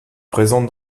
présente